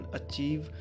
achieve